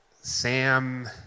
Sam